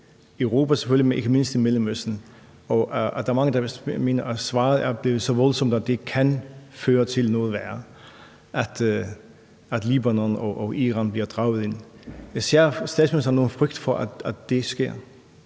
Europa og selvfølgelig ikke mindst i Mellemøsten, og der er mange, der mener, at svaret er blevet så voldsomt, at det kan føre til noget værre, altså at Libanon og Iran bliver draget ind. Ser statsministeren en fare for, at det sker?